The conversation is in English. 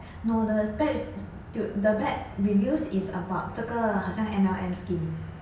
no the bad tui~ the bad reviews is about 这个好像 M_L_M scheme